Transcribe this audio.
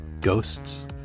Ghosts